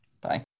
bye